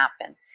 happen